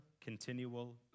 continual